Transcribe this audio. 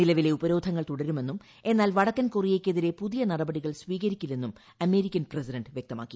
നിലവിലെ ഉപരോധങ്ങൾ തുടരുമെന്നും എന്നാൽ വടക്കൻ കൊറിയയ്ക്കെതിരെ പുതിയ നടപടികൾ സ്വീകരിക്കില്ലെന്നും അമേരിക്കൻ പ്രസിഡന്റ് വ്യക്തമാക്കി